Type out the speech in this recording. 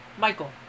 Michael